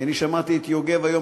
כי אני שמעתי את יוגב היום,